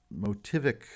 motivic